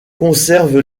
conserve